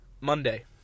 Monday